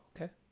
okay